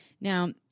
Now